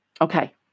Okay